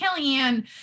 Kellyanne